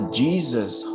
jesus